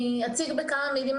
זאת שערורייה שאין כדוגמתה.